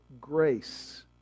grace